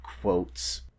quotes